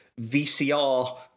VCR